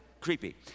creepy